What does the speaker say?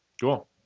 Cool